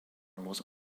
was